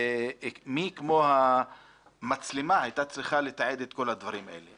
ומי כמו המצלמה הייתה צריכה לתעד את כל הדברים האלה,